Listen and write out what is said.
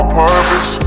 purpose